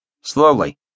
Slowly